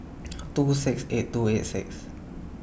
two six eight two eight six